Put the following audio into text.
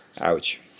ouch